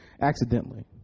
accidentally